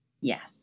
yes